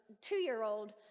two-year-old